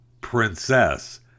princess